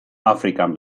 afrikan